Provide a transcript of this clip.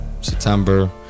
September